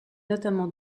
notamment